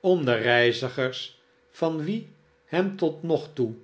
om de reizigers van wie hem tot nog toe